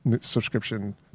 subscription